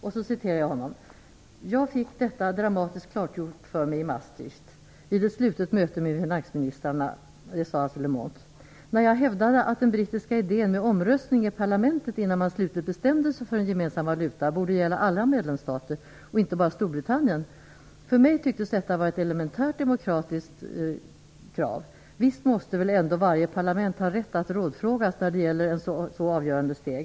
Lamon sade följande: "Jag fick detta dramatiskt klargjort för mig i Maastricht vid ett slutet möte med finansministrarna när jag hävdade att den brittiska idén med omröstning i parlamentet innan man slutligt bestämde sig för en gemensam valuta borde gälla alla medlemsstater och inte bara Storbritannien. För mig tycktes detta vara elementär demokrati: visst måste väl ändå varje parlament ha rätt att rådfrågas när det gäller ett så avgörande steg.